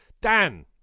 Dan